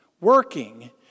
working